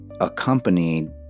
accompanied